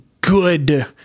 good